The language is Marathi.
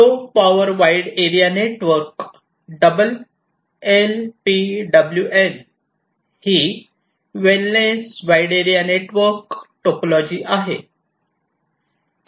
low power wide area network double LPWAN ही wellness wide area network topology आहे